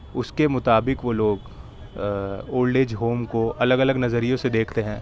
اس کے مطابق وہ لوگ ا اولڈ ایج ہوم کو الگ الگ نظریوں سے دیکھتے ہیں